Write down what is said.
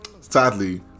sadly